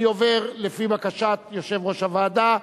אני עובר לפי בקשת יושב-ראש הוועדה,